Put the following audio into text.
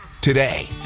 today